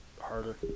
harder